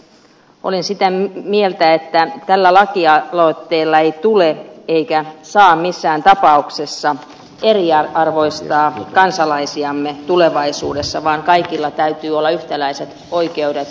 olen sitä mieltä että tällä lakialoitteella ei tule eikä saa missään tapauksessa eriarvoistaa kansalaisiamme tulevaisuudessa vaan kaikilla täytyy olla yhtäläiset oikeudet harrastaa kunnissa liikuntaa